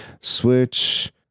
Switch